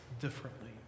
differently